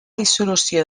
dissolució